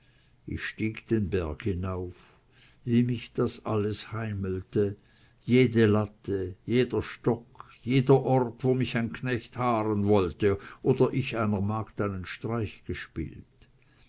ich stieg den berg hinauf wie mich das alles heimelte jede latte jeder stock jeder ort wo mich ein knecht haaren wollte oder ich einer magd einen streich gespielt